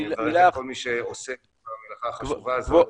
ותודה לכל מי שעוסק במלאכה החשובה הזאת,